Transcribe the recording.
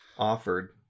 offered